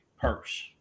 purse